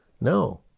No